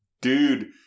Dude